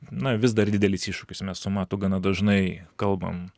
na vis dar didelis iššūkis mes su matu gana dažnai kalbam